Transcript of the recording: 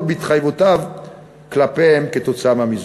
בהתחייבויותיו כלפיהם כתוצאה מהמיזוג.